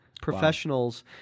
professionals